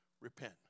Repent